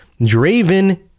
Draven